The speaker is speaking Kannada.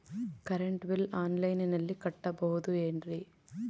ಕರೆಂಟ್ ಬಿಲ್ಲು ಆನ್ಲೈನಿನಲ್ಲಿ ಕಟ್ಟಬಹುದು ಏನ್ರಿ?